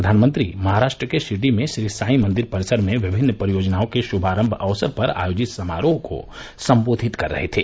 प्रधानमंत्री महाराष्ट्र के शिरडी में श्री साई मंदिर परिसर में विभिन्न परियोजनाओं के शुभारंभ अवसर पर आयोजित समारोह को संबोधित कर रहे थे